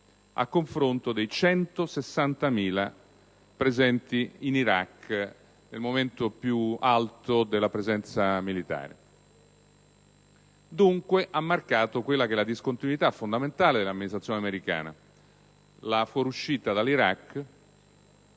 a confronto dei 160.000 presenti in Iraq nel momento di maggiore presenza militare. Dunque, ha marcato la discontinuità fondamentale dell'amministrazione americana: la fuoriuscita dall'Iraq